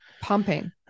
Pumping